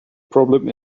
problem